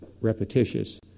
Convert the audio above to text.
repetitious